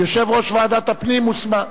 יושב-ראש ועדת הפנים מוסמך.